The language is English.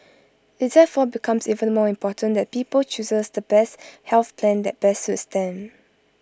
IT therefore becomes even more important that people chooses the best health plan that best suits them